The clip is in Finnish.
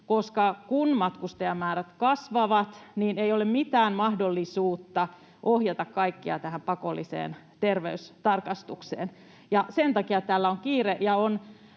koska kun matkustajamäärät kasvavat, niin ei ole mitään mahdollisuutta ohjata kaikkia tähän pakolliseen terveystarkastukseen. Sen takia tällä on kiire,